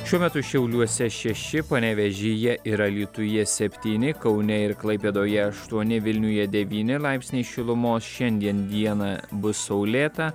šiuo metu šiauliuose šeši panevėžyje ir alytuje septyni kaune ir klaipėdoje aštuoni vilniuje devyni laipsniai šilumos šiandien dieną bus saulėta